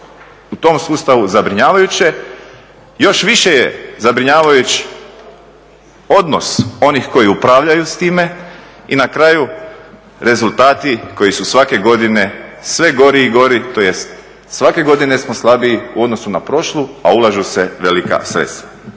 u tom stanju je zabrinjavajuće. Još više je zabrinjavajući odnos onih koji upravljaju s time i na kraju rezultati koji su svake godine sve gori i gori, tj. svake godine smo slabiji u odnosu na prošlu a ulažu se velika sredstva.